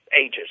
ages